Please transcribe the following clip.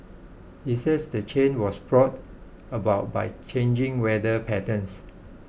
he said the change was brought about by changing weather patterns